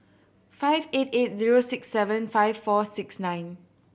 five eight eight zero six seven five four six nine